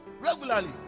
Regularly